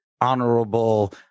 honorable